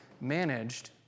managed